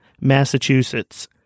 Massachusetts